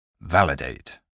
Validate